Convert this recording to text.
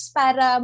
para